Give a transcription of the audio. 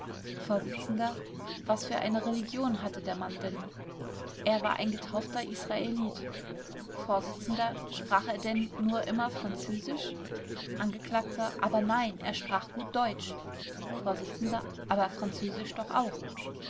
vors was für eine religion hatte der mann denn er war ein getaufter israelit vors sprach er denn nur immer französisch angekl aber nein er sprach gut deutsch vors aber französisch doch auch